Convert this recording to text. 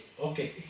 okay